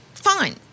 fine